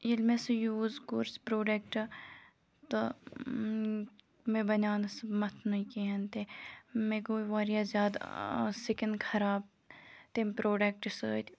ییٚلہِ مےٚ سُہ یوٗز کوٚر سُہ پرٛوڈَکٹ تہٕ مےٚ بَنیٛو نہٕ سُہ مَتھنُے کِہیٖنۍ تہِ مےٚ گٔے واریاہ زیادٕ سِکِن خراب تمہِ پرٛوڈَکٹ سۭتۍ